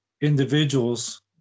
individuals